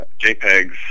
JPEGs